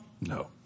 No